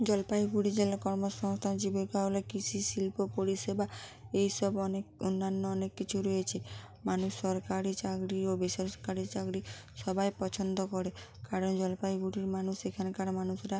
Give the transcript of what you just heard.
জলপাইগুড়ি জেলা কর্মসংস্থান জীবিকা হলো কৃষি শিল্প পরিষেবা এই সব অনেক অন্যান্য অনেক কিছু রয়েছে মানুষ সরকারি চাকরি ও বেসরকারি চাকরি সবাই পছন্দ করে কারণ জলপাইগুড়ির মানুষ এখানকার মানুষরা